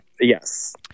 yes